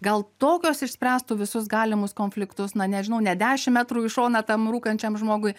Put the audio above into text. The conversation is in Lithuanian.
gal tokios išspręstų visus galimus konfliktus na nežinau ne dešimt metrų į šoną tam rūkančiam žmogui